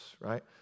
right